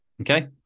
okay